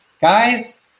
Guys